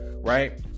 right